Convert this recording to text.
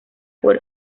por